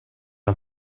han